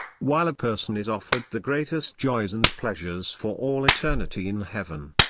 while a person is offered the greatest joys and pleasures for all eternity in heaven,